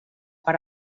per